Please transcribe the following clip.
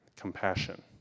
compassion